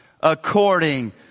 according